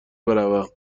بروم